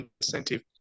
incentive